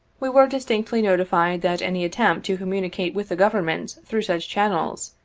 we were distinctly notified that any attempt to communicate with the government through such channels,